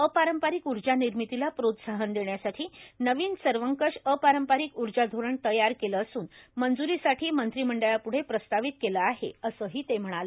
अपरांपरिक ऊर्जा निर्मितीला प्रोत्साहन देण्यासाठी नवीन सर्वकष अपारंपरिक ऊर्जा धोरण तयार केलं असून मंज्रीसाठी मंत्रीमंडळाप्ढे प्रस्तावित केलं आहे असंही ते म्हणाले